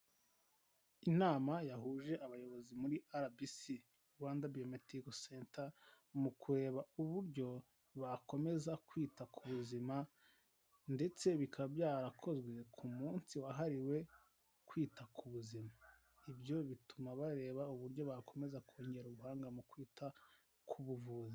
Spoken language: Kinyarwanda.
Inama yahuje abayobozi muri RBC: Rwanda Biomedical Center mu kureba uburyo bakomeza kwita ku buzima ndetse bikaba byarakozwe ku munsi wahariwe kwita ku buzima. Ibyo bituma bareba uburyo bakomeza kongera ubuhanga mu kwita ku buvuzi.